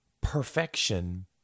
perfection